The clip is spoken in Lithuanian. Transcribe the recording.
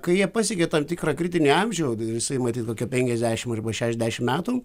kai jie pasiekia tam tikrą kritinį amžių o jisai matyt kokią penkiasdešimt arba šešiasdešimt metų